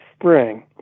spring